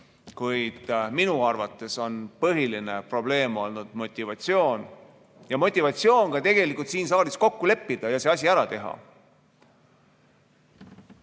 kuid minu arvates on põhiline probleem olnud motivatsioon ja motivatsioon ka siin saalis kokku leppida ja see asi ära teha.